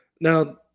Now